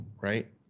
right